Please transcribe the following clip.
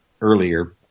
earlier